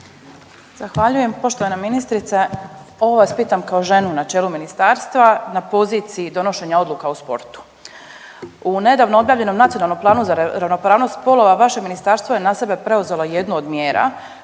Zahvaljujem. Poštovana ministrice, ovo vas pitam kao ženu na čelu ministarstva na poziciji donošenja odluka o sportu. U nedavno objavljenom Nacionalnom planu za ravnopravnost spolova vaše ministarstvo je na sebe preuzelo jednu od mjera